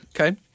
Okay